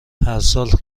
هرسال